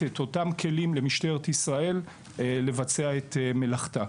הכלים למשטרת ישראל כדי לבצע את מלאכתה.